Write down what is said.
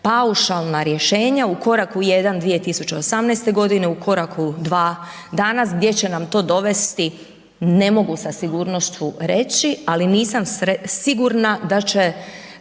paušalna rješenja u koraku jedan 2018.g., u koraku dva danas gdje će nam to dovesti, ne mogu sa sigurnošću reći, ali nisam sigurna da će